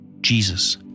Jesus